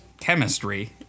chemistry